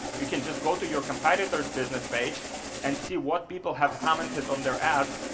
you can just go to your competitors' business page and see what people have commented on their ads.